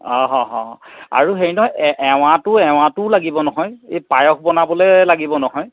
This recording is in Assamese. আৰু হেৰি নহয় এঁৱাটো এঁৱাটোও লাগিব নহয় এই পায়স বনাবলৈ লাগিব নহয়